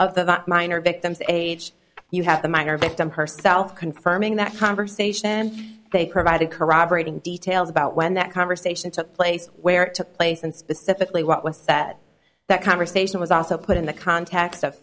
victim's age you have a minor victim herself confirming that conversation they provided corroborating details about when that conversation took place where it took place and specifically what was that that conversation was also put in the context of